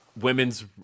women's